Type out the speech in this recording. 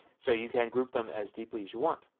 so you can group them as deeply as you want.